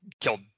killed